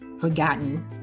forgotten